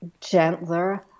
gentler